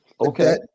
okay